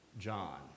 John